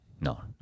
No